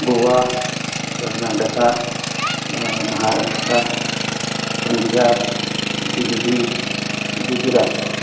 Goa Karnataka Maharashtra Punjab Delhi Gujarat